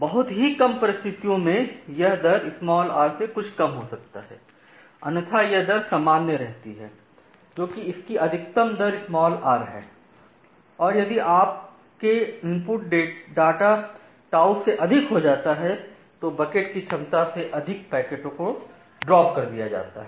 बहुत ही कम परिस्थितियों में यह दर r से कुछ कम हो सकता है अन्यथा यह दर समान रहती है जो कि इसकी अधिकतम दर r है और यदि आपके इनपुट डाटा τ टाउ से अधिक हो जाता है तो बकेट कि क्षमता से अधिक पैकेटों को ड्राप कर दिया जाता है